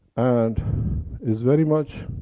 and is very much,